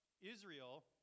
Israel